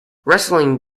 wrestling